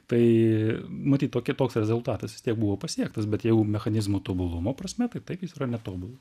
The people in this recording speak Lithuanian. tai matyt toki toks rezultatas buvo pasiektas bet jau mechanizmo tobulumo prasme tai taip jis yra netobulas